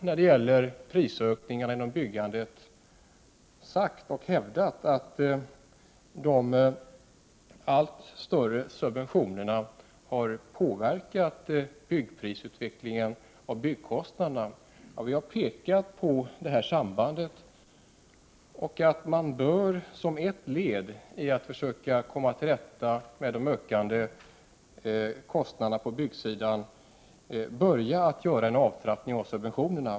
När det gäller prisökningarna inom byggandet har vi sagt och hävdat att de allt större subventionerna har påverkat byggprisutvecklingen och byggkostnaderna. Vi har pekat på det här sambandet och sagt att man bör, som ett led i att försöka komma till rätta med de ökande byggkostnaderna, börja att göra en avtrappning av subventionerna.